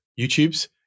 YouTube's